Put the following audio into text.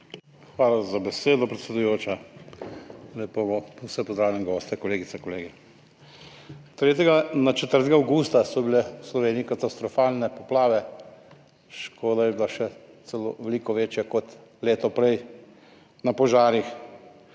Hvala za besedo, predsedujoča. Lepo pozdravljam vse goste, kolegice, kolege! Iz 3. na 4. avgusta so bile v Sloveniji katastrofalne poplave. Škoda je bila še celo veliko večja kot leto prej pri požarih.